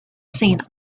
seen